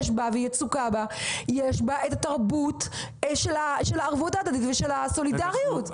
את התרבות של הערבות ההדדית ושל הסולידריות.